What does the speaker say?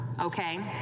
okay